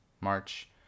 March